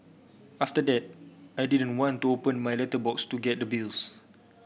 after that I didn't want to open my letterbox to get the bills